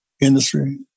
industry